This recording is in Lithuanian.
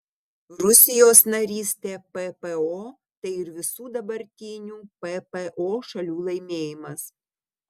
rusijos narystė ppo tai ir visų dabartinių ppo šalių laimėjimas